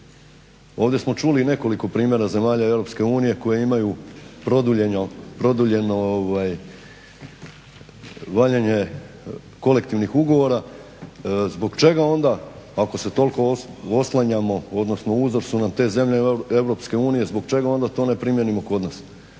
Ovdje smo čuli i nekoliko primjera zemalja EU koje imaju produljeno valjanje kolektivnih ugovora. Zbog čega onda ako se toliko oslanjamo, odnosno uzor su nam te zemlje EU, zbog čega onda to ne primijenimo kod nas.